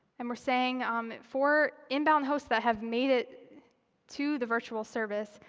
and we're saying um for inbound hosts that have made it to the virtual service,